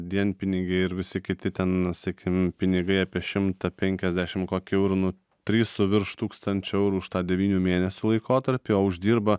dienpinigiai ir visi kiti ten sakim pinigai apie šimtą penkiasdešim kokių eur nu tris su virš tūkstančio eurų už tą devynių mėnesių laikotarpį o uždirba